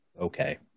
Okay